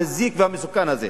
המזיק והמסוכן הזה.